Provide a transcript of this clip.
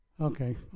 okay